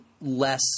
less